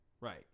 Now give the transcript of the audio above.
Right